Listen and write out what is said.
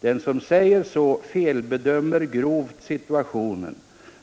Den som säger så felbedömer grovt situationen.